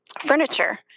furniture